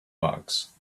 bugs